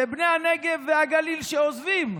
זה בני הנגב והגליל שעוזבים,